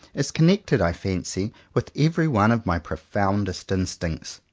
is connected i fancy with every one of my profoundest instincts.